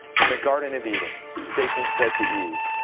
in the garden of eden satan said to eve,